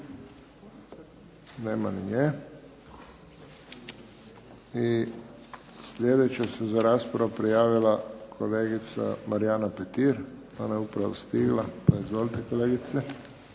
Nema ni nje. Sljedeća za raspravu se prijavila kolegica Marijana Petir. Ona je upravo stigla, pa izvolite kolegice.